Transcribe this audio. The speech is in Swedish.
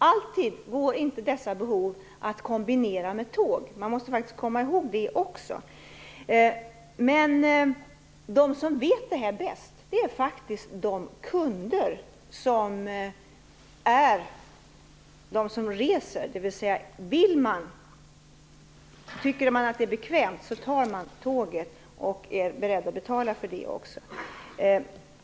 Dessa behov går inte alltid att kombinera med tåg. Vi måste faktiskt komma ihåg det också. De som vet detta bäst är de kunder som reser. Om man tycker att det är bekvämt tar man tåget och är också beredd att betala för det.